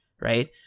right